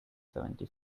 seventy